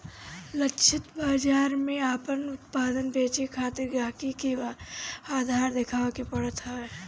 लक्षित बाजार में आपन उत्पाद बेचे खातिर गहकी के आधार देखावे के पड़त हवे